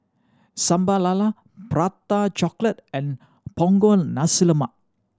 Sambal Lala Prata Chocolate and Punggol Nasi Lemak